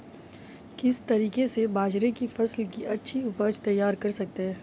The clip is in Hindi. किस तरीके से बाजरे की फसल की अच्छी उपज तैयार कर सकते हैं?